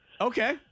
Okay